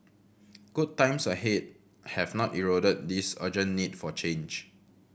good times ahead have not eroded this urgent need for change